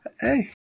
Hey